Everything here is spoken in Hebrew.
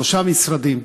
שלושה משרדים.